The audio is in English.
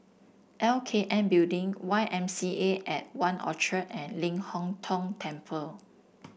L K N Building Y M C A At One Orchard and Ling Hong Tong Temple